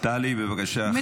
טלי, בבקשה בשקט.